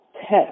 test